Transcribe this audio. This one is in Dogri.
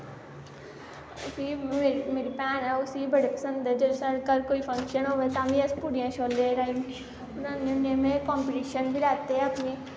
फ्ही मेरी भैन ऐ उसी बी बड़े पसंद न जिसलै साढ़ै घर कोई फंक्शन होऐ तां बी अस पूड़ियां छोल्ले बनान्ने होन्ने में कंपिटिशन बी लैत्ते अपने